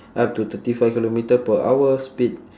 up to thirty five kilometre per hour speed